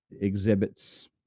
exhibits